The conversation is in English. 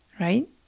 Right